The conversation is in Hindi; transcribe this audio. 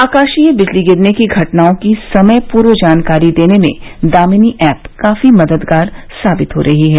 आकाशीय बिजली गिरने की घटनाओं की समय पूर्व जानकारी देने में दामिनी ऐप काफी मददगार साबित हो रही है